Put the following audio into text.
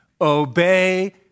Obey